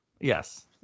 yes